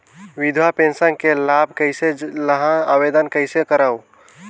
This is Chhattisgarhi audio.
विधवा पेंशन के लाभ कइसे लहां? आवेदन कइसे करव?